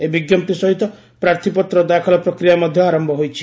ଏହି ବିଜ୍ଞପ୍ତି ସହିତ ପ୍ରାର୍ଥୀପତ୍ର ଦାଖଲ ପ୍ରକ୍ରିୟା ମଧ୍ୟ ଆରମ୍ଭ ହୋଇଛି